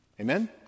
amen